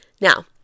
Now